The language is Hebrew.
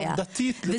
זה